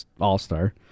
all-star